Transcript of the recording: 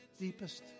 deepest